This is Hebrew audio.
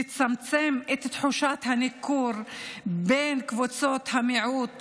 תצמצם את תחושת הניכור בין קבוצות המיעוט